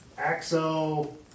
Axo